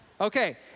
Okay